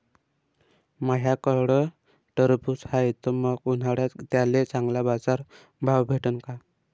माह्याकडं टरबूज हाये त मंग उन्हाळ्यात त्याले चांगला बाजार भाव भेटन का?